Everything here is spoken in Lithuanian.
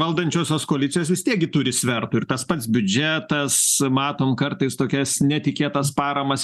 valdančiosios koalicijos vis tiek gi turi svertų ir tas pats biudžetas matom kartais tokias netikėtas paramas